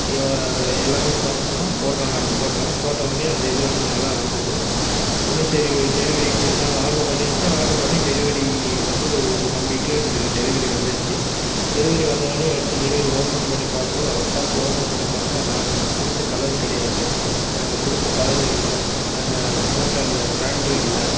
எல்லாமே பார்த்து தான் போட்டோம் நாங்கள் போட்டோம் போட்ட ஒடனே அந்த இது வந்து நல்லா வந்தது ஒடனே சரி டெலிவெரிக்கு நாங்கள் ஆட்ரு பண்ணியாச்சு ஆட்ரு பண்ணி டெலிவெரி வந்து ஒரு ஓன் வீக்கில் எங்களுக்கு டெலிவெரி வந்துடுச்சு டெலிவெரி வந்தவுடனே எடுத்து டெலிவெரி ஓபன் பண்ணி பார்த்தா பாக்ஸ் ஓபன் பண்ணி பார்த்தா நாங்கள் கொடுத்த கலர் கிடையாது நாங்கள் கொடுத்த கலரு இல்லை நாங்கள் போட்ட அந்த பிராண்ட்டும் இல்லை